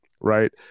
Right